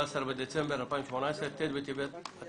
היום ה-17 בדצמבר 2018, ט' בטבת התשע"ט.